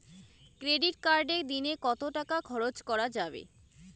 Credit কার্ডে দিনে কত টাকা খরচ করা যাবে?